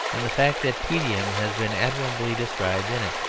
than the fact that tedium has been admirably described in it.